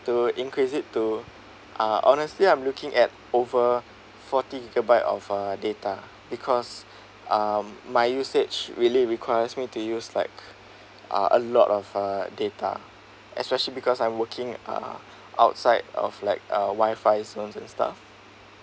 to increase it to uh honestly I'm looking at over forty gigabyte of ah data because um my usage really requires me to use like uh a lot of uh data especially because I'm working uh outside of like uh W_I_F_I zone and stuff